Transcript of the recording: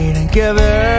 together